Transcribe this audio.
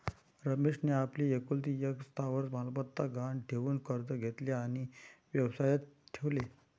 रमेशने आपली एकुलती एक स्थावर मालमत्ता गहाण ठेवून कर्ज घेतले आणि व्यवसायात ठेवले